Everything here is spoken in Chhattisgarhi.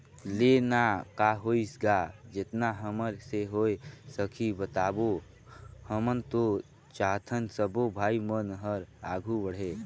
ले ना का होइस गा जेतना हमर से होय सकही बताबो हमन तो चाहथन सबो भाई मन हर आघू बढ़े